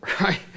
right